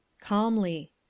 Calmly